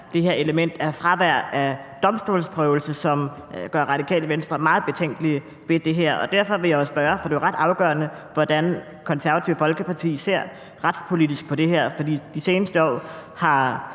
det er elementet af fravær af domstolsprøvelse, som gør Radikale Venstre meget betænkelige ved det her. Det er jo ret afgørende, hvordan Det Konservative Folkeparti retspolitisk ser på det her. For i de seneste år har